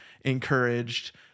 encouraged